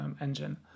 engine